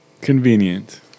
Convenient